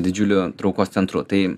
didžiuliu traukos centru tai